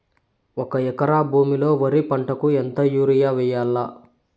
ఒక ఎకరా భూమిలో వరి పంటకు ఎంత యూరియ వేయల్లా?